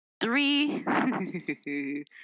three